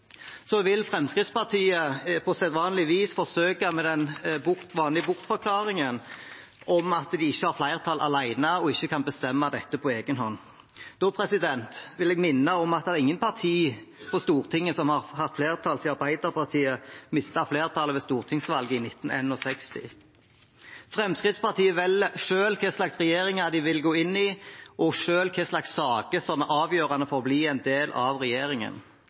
Så vil Fremskrittspartiet på sedvanlig vis forsøke med den bortforklaringen at de ikke har flertall alene, og ikke kan bestemme dette på egen hånd. Da vil jeg minne om at det er ingen partier på Stortinget som har hatt flertall siden Arbeiderpartiet mistet flertallet ved stortingsvalget i 1961. Fremskrittspartiet velger selv hva slags regjeringer de vil gå inn i, og hva slags saker som er avgjørende for å bli en del av regjeringen.